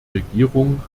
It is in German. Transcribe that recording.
regierung